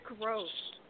gross